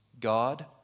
God